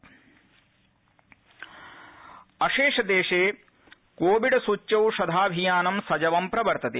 Covid अशेष देशे Covid सूच्यौषधाभियानं सजवं प्रवर्तते